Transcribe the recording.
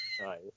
Nice